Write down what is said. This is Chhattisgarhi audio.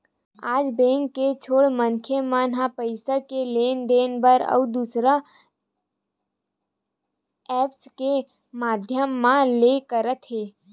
आज बेंक के छोड़ मनखे मन ह पइसा के लेन देन बर अउ दुसर ऐप्स के माधियम मन ले करत हे